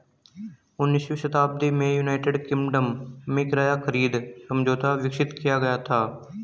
उन्नीसवीं शताब्दी में यूनाइटेड किंगडम में किराया खरीद समझौता विकसित किया गया था